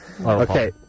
Okay